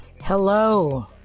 hello